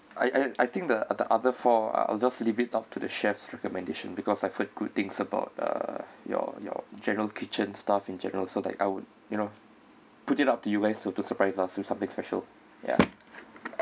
I I I think the other four I'll just leave it up to the chef's recommendation because I've heard good things about uh your your general kitchen staff in general so that I would you know put it up to us to to surprise us with something special ya